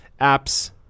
apps